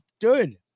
Good